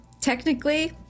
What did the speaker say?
technically